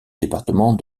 département